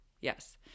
yes